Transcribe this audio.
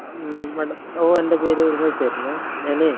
ആ മേഡം ഓ എന്താണ് പേര് രൂപേഷ് ആയിരുന്നു ഞാൻ